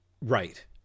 right